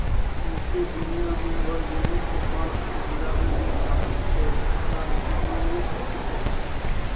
सौंसे दुनियाँ मे आर्गेनिक कपास उपजाबै मे भारत केर हिस्सा एकानबे प्रतिशत छै